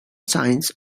shines